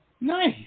Nice